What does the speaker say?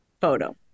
photo